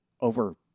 over